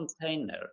container